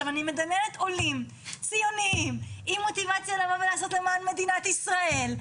אני מדמיינת עולים ציוניים עם מוטיבציה לבוא ולעשות למען מדינת ישראל,